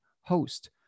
host